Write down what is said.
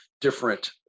different